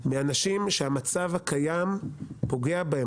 מאנשים שהמצב הקיים פוגע בהם.